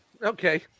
Okay